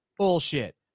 bullshit